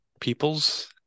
peoples